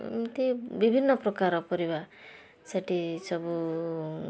ଏମିତି ବିଭିନ୍ନ ପ୍ରକାର ପରିବା ସେଠି ସବୁ